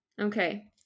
Okay